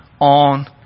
on